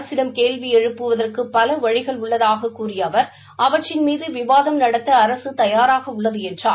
அரசிடம் கேள்வி எழுப்புவதற்கு பல வழிகள் உள்ளதாகக் கூறிய அவர் அவற்றின் மீது விவாதம் நடத்த அரசு தயாராக உள்ளது என்றார்